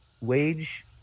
wage